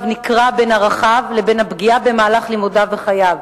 נקרע בין ערכיו לבין הפגיעה במהלך לימודיו ובחייו.